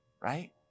Right